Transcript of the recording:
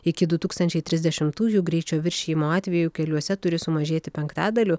iki du tūkstančiai trisdešimtųjų greičio viršijimo atvejų keliuose turi sumažėti penktadaliu